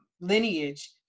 lineage